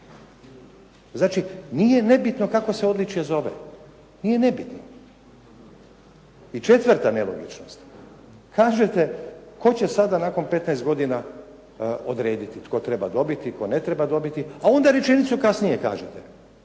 Znači, nije nebitno kako se odličje zove, nije nebitno. I četvrta nelogičnost. Kažete tko će sada nakon 15 godina odrediti tko treba dobiti tko ne treba dobiti, a onda rečenicu kasnije kažete.